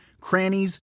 crannies